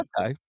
Okay